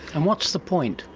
and what's the point?